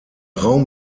raum